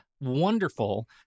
wonderful